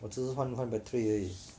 我只是换换 battery 而已